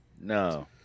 no